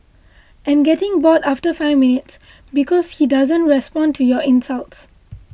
and getting bored after five minutes because he doesn't respond to your insults